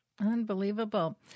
Unbelievable